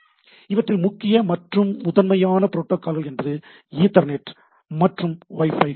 இவற்றில் முக்கிய மற்றும் முதன்மையான ப்ரோட்டோகால்கள் என்பது ஈதர்நெட் மற்றும் Wi Fi தான்